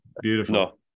beautiful